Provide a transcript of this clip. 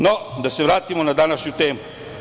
No, da se vratimo na današnju temu.